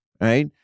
right